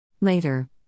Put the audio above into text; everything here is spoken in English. Later